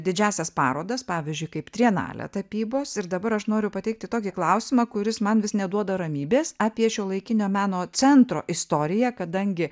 didžiąsias parodas pavyzdžiui kaip trienalė tapybos ir dabar aš noriu pateikti tokį klausimą kuris man vis neduoda ramybės apie šiuolaikinio meno centro istoriją kadangi